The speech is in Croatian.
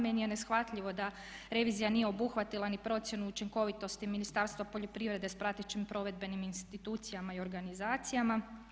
Meni je neshvatljivo da revizija nije obuhvatila ni procjenu učinkovitosti Ministarstva poljoprivrede s pratećim provedbenim institucijama i organizacijama.